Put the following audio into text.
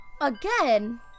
again